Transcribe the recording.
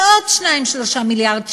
ועוד 2 3 ב-2016,